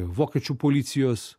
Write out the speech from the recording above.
vokiečių policijos